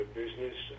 business